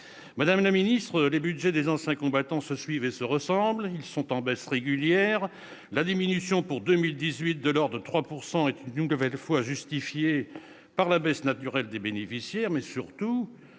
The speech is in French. Madame la secrétaire d'État, les budgets des anciens combattants se suivent et se ressemblent. Ils sont en baisse régulière. La diminution pour 2018, de l'ordre de 3 %, est une nouvelle fois justifiée par la baisse naturelle des bénéficiaires, mais surtout